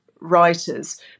writers